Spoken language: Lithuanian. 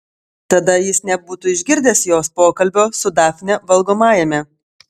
tada jis nebūtų išgirdęs jos pokalbio su dafne valgomajame